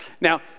Now